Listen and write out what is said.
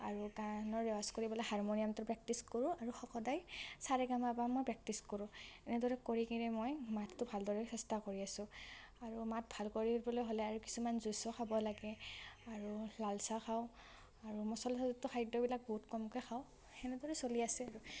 আৰু গানৰ ৰেৱাজ কৰিবলৈ হাৰমনিয়ামটো প্ৰেক্টিচ কৰোঁ আৰু স সদায় চা ৰে গা মা পা মই প্ৰেক্টিচ কৰোঁ এনেদৰে কৰি কিনে মই মাতটো ভালদৰে চেষ্টা কৰি আছোঁ আৰু মাত ভাল কৰিবলৈ হ'লে আৰু কিছুমান জু'চো খাব লাগে আৰু লাল চাহ খাওঁ আৰু মছলাযুক্ত খাদ্যবিলাক বহুত কমকৈ খাওঁ সেনেদৰে চলি আছে আৰু